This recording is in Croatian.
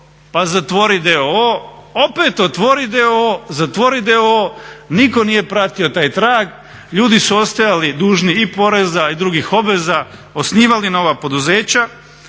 pa zatvori d.o.o., opet otvori d.o.o. zatvori d.o.o. Nitko nije pratio taj trag. Ljudi su ostajali dužni i poreza i drugih obveza, osnivali nova poduzeća